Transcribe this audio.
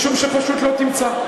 משום שפשוט לא תמצא.